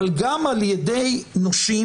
אבל גם על ידי נושים